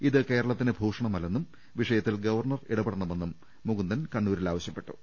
ഇത് കേരളത്തിന് ഭൂഷണമല്ലെ ന്നും വിഷയത്തിൽ ഗവർണർ ഇടപെടണമെന്നും മുകുന്ദൻ കണ്ണൂരിൽ ആവ ശ്യപ്പെട്ടു